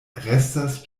restas